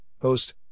Host